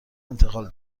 انتقال